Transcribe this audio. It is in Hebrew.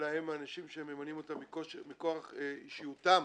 אלא אנשים שממנים אותם מכוח אישיותם.